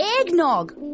Eggnog